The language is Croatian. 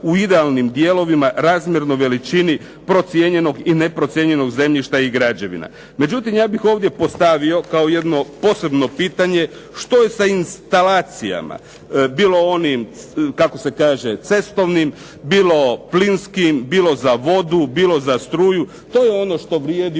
u idealnim dijelovima, razmjerno veličini procijenjenog i neprocijenjenog zemljišta i građevina. Međutim, ja bih ovdje postavio kao jedno posebno pitanje što je sa instalacija, bilo onim cestovnim, bilo plinskim, bilo za vodu, bilo za struju. To je ono što vrijedi